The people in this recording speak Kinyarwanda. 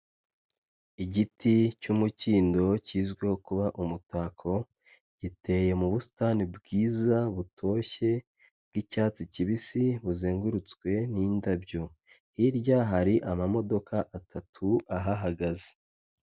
Igiti cy'umukindo kizwiho kuba umutako, giteye mu busitani bwiza butoshye bw'icyatsi kibisi buzengurutswe n'idabyo, hirya hari amamodoka atatu ahahagaze.